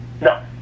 no